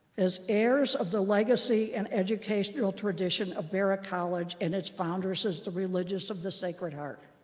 as heirs of the legacy and educational tradition of barat college and its founders as the religious of the sacred heart.